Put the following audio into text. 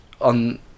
on